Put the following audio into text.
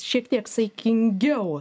šiek tiek saikingiau